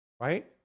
Right